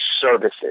services